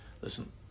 listen